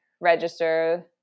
register